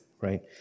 right